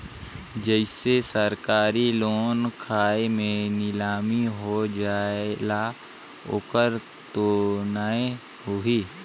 जैसे सरकारी लोन खाय मे नीलामी हो जायेल ओकर तो नइ होही?